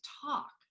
talk